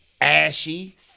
Ashy